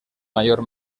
mayor